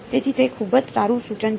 તેથી તે ખૂબ જ સારું સૂચન છે